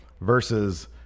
versus